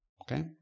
Okay